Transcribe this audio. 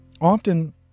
often